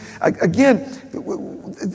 Again